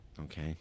Okay